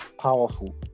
powerful